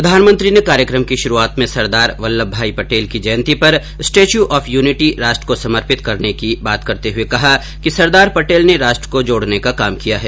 प्रधानमंत्री ने कार्यक्रम की शुरूआत में सरदार वल्लभ भाई पटेल की जयन्ती पर स्टेच्यू ऑफ यूनिटी राष्ट्र को समर्पित करने की बात करते हुए कहा कि सरदार पटेल ने राष्ट्र को जोड़ने का काम किया है